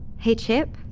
hey, chip.